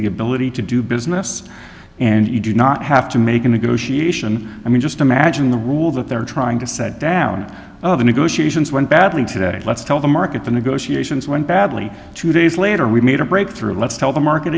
the ability to do business and you do not have to make a negotiation i mean just imagine the rule that they're trying to set down in the negotiations went badly today let's tell the market the negotiations went badly two days later we made a breakthrough let's tell the market